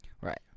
Right